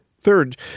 Third